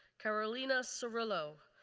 carolina sarilo,